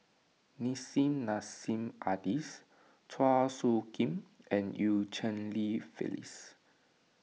Nissim Nassim Adis Chua Soo Khim and Eu Cheng Li Phyllis